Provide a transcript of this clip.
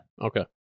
Okay